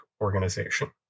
organization